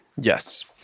Yes